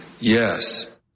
Yes